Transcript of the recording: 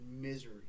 misery